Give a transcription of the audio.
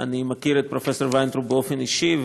אני מכיר את פרופ' וינטראוב באופן אישי,